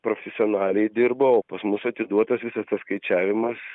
profesionaliai dirba o pas mus atiduotas visas tas skaičiavimas